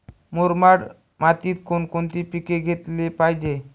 मुरमाड मातीत कोणकोणते पीक घेतले पाहिजे?